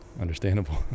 understandable